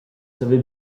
savez